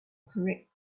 correct